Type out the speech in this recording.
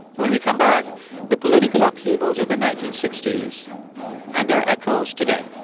when we come back the political upheavals of the nineteen sixty s and their echoes today.